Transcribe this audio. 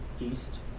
east